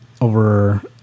over